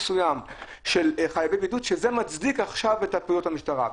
מסוים של חייבי בידוד שזה מצדיק עכשיו את פעילות המשטרה.